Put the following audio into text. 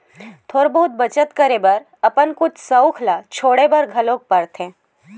थोक बहुत बचत करे बर अपन कुछ सउख ल छोड़े बर घलोक परथे